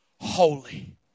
holy